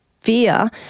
fear